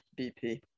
BP